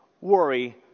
worry